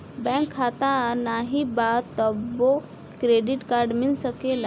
Bank में खाता नाही बा तबो क्रेडिट कार्ड मिल सकेला?